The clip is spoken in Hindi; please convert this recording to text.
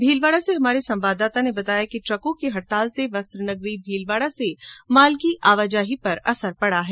भीलवाडा से हमारे संवाददाता ने बताया है कि ट्रकों की हड़ताल से वस्त्र नगरी भीलवाड़ा से माल की आवाजाही पर असर पड़ा है